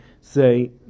say